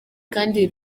kandi